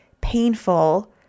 painful